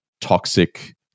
toxic